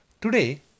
Today